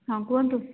ହଁ କୁହନ୍ତୁ